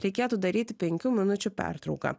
reikėtų daryti penkių minučių pertrauką